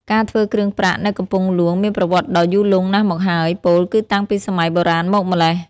ការធ្វើគ្រឿងប្រាក់នៅកំពង់ហ្លួងមានប្រវត្តិដ៏យូរលង់ណាស់មកហើយ ពោលគឺតាំងពីសម័យបុរាណមកម្ល៉េះ។